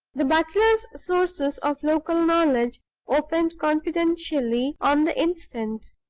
the butler's sources of local knowledge opened confidentially on the instant.